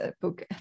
book